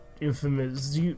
infamous